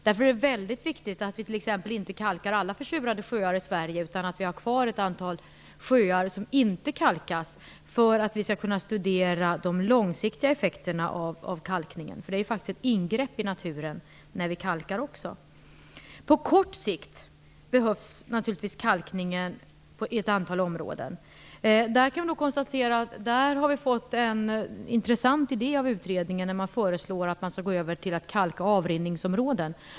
Därför är det mycket viktigt att vi t.ex. inte kalkar alla försurade sjöar i Sverige, utan att vi har kvar ett antal sjöar som inte kalkas för att vi skall kunna studera de långsiktiga effekterna av kalkningen. Det är ju faktiskt också ett ingrepp i naturen när vi kalkar. På kort sikt behövs naturligtvis kalkningen i ett antal områden. Där kan vi konstatera att vi har fått en intressant idé av utredningen. Den föreslår att man skall gå över till att kalka avrinningsområden.